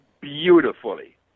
beautifully